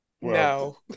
no